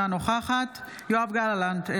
אינה נוכחת יואב גלנט,